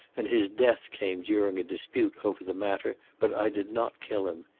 and his death came during a dispute over the matter, but i did not kill him.